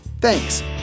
Thanks